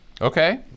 Okay